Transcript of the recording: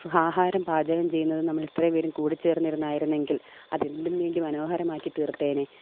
ആഹാരം പാചകം ചെയ്യുന്നത് നമ്മളിത്രേം പേരും കൂടി ചേർന്നിരുന്നായിരുന്നെങ്കിൽ അതെന്തും വേണ്ടി മനോഹരമാക്കി തീർത്തേനെ